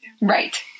Right